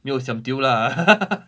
没有 siam diu lah